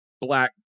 black